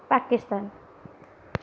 Pakistan